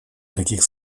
таких